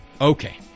okay